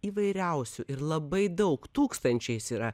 įvairiausių ir labai daug tūkstančiais yra